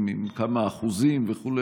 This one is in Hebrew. עם כמה אחוזים וכו'.